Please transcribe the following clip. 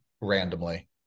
randomly